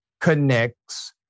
connects